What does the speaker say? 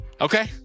Okay